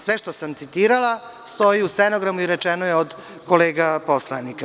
Sve što sam citirala, stoji u stenogramu i rečeno je od kolega poslanika.